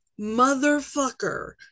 motherfucker